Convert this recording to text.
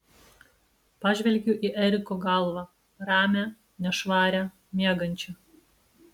pažvelgiu į eriko galvą ramią nešvarią miegančią